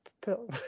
pill